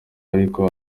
ariko